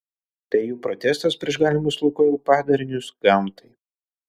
tai jų protestas prieš galimus lukoil padarinius gamtai